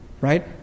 Right